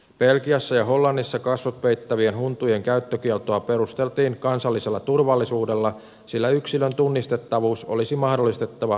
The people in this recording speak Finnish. belgiassa ja hollannissa kasvot peittävien huntujen käyttökieltoa perusteltiin kansallisella turvallisuudella sillä yksilön tunnistettavuus olisi mahdollistettava turvallisuusviranomaisille